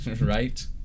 right